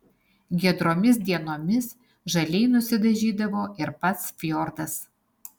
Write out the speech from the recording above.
giedromis dienomis žaliai nusidažydavo ir pats fjordas